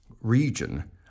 region